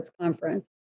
Conference